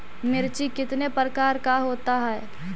मिर्ची कितने प्रकार का होता है?